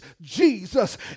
Jesus